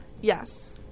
Yes